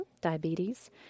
diabetes